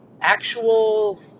actual